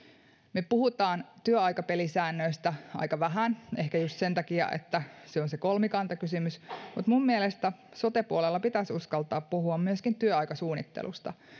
me puhumme työaikapelisäännöistä aika vähän ehkä just sen takia että se on kolmikantakysymys mutta mielestäni sote puolella pitäisi uskaltaa puhua myöskin työaikasuunnittelusta